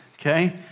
Okay